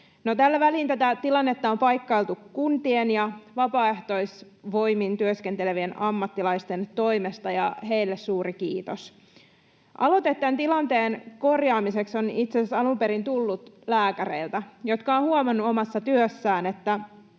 tällä välin tätä tilannetta on paikkailtu kuntien ja vapaaehtoisvoimin työskentelevien ammattilaisten toimesta, ja heille suuri kiitos. Aloite tämän tilanteen korjaamiseksi on itse asiassa alun perin tullut lääkäreiltä, jotka ovat huomanneet omassa työssään,